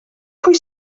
pwy